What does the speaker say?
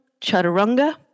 chaturanga